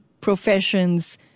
professions